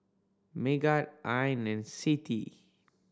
Megat Ain and Siti